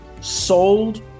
sold